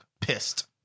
Pissed